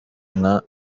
nka